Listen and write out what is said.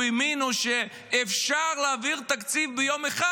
האמינו שאפשר להעביר תקציב ביום אחד,